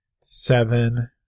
Seven